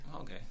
okay